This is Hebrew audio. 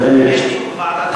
יש מקום לדיון בוועדה תראה,